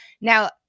Now